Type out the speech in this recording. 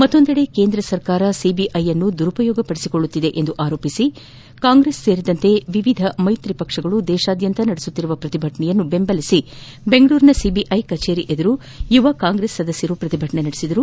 ಮತ್ತೊಂದೆಡೆ ಕೇಂದ್ರ ಸರ್ಕಾರ ಸಿಬಿಐಯನ್ನು ದುರುಪಯೋಗ ಪಡಿಸಿಕೊಳ್ಳುತ್ತಿದೆ ಎಂದು ಆರೋಪಿಸಿ ಕಾಂಗ್ರೆಸ್ ಸೇರಿದಂತೆ ವಿವಿಧ ಮೈತ್ರಿ ಪಕ್ಷಗಳು ದೇಶವ್ಯಾಪಿ ನಡೆಸುತ್ತಿರುವ ಪ್ರತಿಭಟನೆಯನ್ನು ಬೆಂಬಲಿಸಿ ಬೆಂಗಳೂರಿನ ಸಿಬಿಐ ಕಚೇರಿ ಮುಂಭಾಗದಲ್ಲಿ ಯುವ ಕಾಂಗ್ರೆಸ್ ಸದಸ್ಯರು ಪ್ರತಿಭಟನೆ ನಡೆಸಿದರು